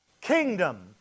kingdom